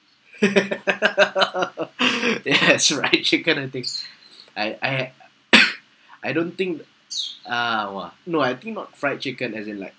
yes fried chicken I think I I had I don't think ah !wah! no I think not fried chicken as in like